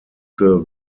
für